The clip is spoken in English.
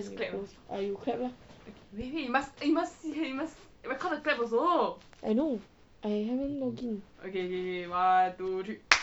ah you clap lah I know I haven't